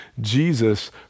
Jesus